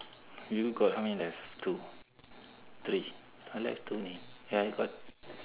you got how many left two three I left two only ya you got